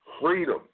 freedom